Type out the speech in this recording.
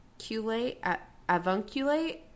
avunculate